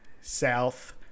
South